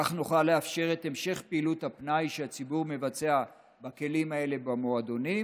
כך נוכל לאפשר את המשך פעילות הפנאי שהציבור מבצע בכלים האלה במועדונים